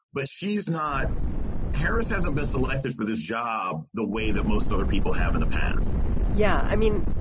but she's not harris hasn't been selected for this job the way that most other people have in the past yeah, i mean,